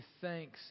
thanks